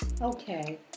Okay